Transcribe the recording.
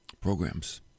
programs